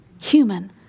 human